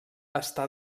està